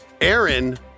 Aaron